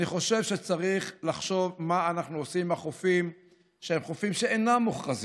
אני חושב שצריך לחשוב מה אנחנו עושים עם החופים שאינם מוכרזים.